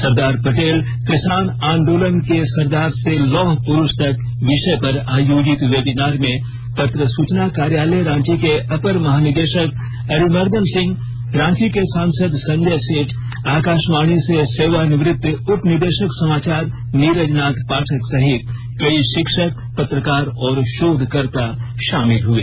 सरदार पटेलः किसान आन्दोलन के सरदार से लौह पुरूष तक विषय पर आयोजित वेबिनार में पत्र सूचना कार्यालय रांची के अपर महानिदेशक अरिमर्दन सिंह रांची के सांसद संजय सेठ आकाशवाणी से सेवा निवृत्त उपनिदेशक समाचार नीरज नाथ पाठक सहित कई शिक्षक पत्रकार और शोधकर्ता शामिल हुए